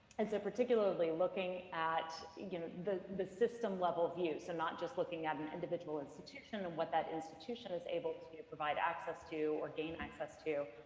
and so particularly looking at you know the the system level of use, they're and not just looking at an individual institution of what that institution is able to provide access to or gain access to,